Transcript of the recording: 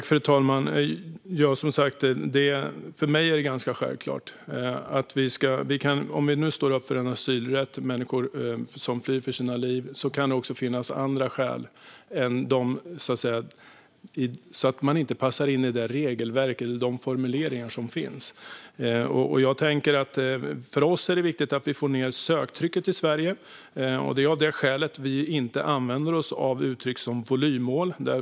Fru talman! Som sagt: För mig är det ganska självklart. Om vi nu står upp för en asylrätt för människor som flyr för sina liv kan det också finnas andra skäl. Man kanske inte passar in i det regelverk eller de formuleringar som finns. För oss är det viktigt att vi får ned söktrycket till Sverige. Det är av det skälet vi inte använder oss av uttryck som volymmål.